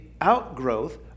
outgrowth